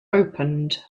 opened